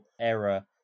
error